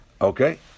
Okay